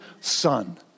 son